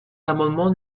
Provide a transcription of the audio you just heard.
l’amendement